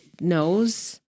knows